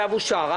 הצבעה הצו אושר.